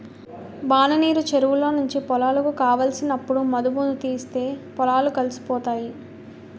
వాననీరు చెరువులో నుంచి పొలాలకు కావలసినప్పుడు మధుముతీస్తే పొలాలు కలిసిపోతాయి